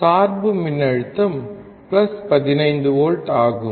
சார்பு மின்னழுத்தம் 15 வோல்ட் ஆகும்